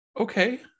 Okay